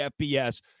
FBS